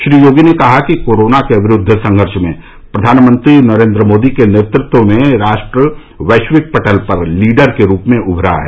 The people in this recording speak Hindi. श्री योगी ने कहा कि कोरोना के विरूद्व संघर्ष में प्रधानमंत्री नरेंद्र मोदी के नेतत्व में राष्ट्र वैश्विक पटल पर लीडर के रूप में उभरा है